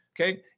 okay